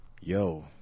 Yo